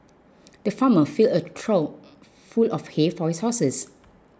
the farmer filled a trough full of hay for his horses